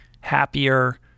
happier